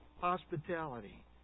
hospitality